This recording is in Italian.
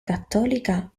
cattolica